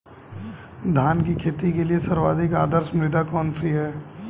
धान की खेती के लिए सर्वाधिक आदर्श मृदा कौन सी है?